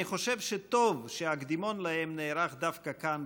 אני חושב שטוב שהקדימון להם נערך דווקא כאן,